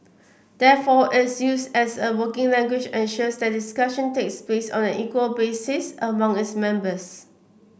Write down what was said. therefore its use as a working language ensures that discussion takes place on an equal basis among its members